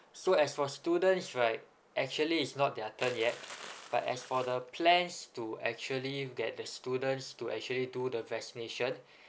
so as for students right actually is not their turn yet but as for the plans to actually get the students to actually do the vaccination